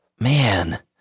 man